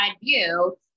view